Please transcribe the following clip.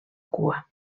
cua